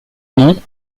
mont